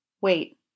Wait